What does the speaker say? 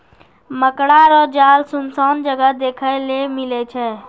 मकड़ा रो जाल सुनसान जगह देखै ले मिलै छै